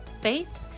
faith